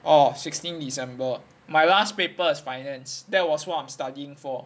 orh sixteen december my last paper is finance that was what I'm studying for